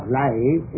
life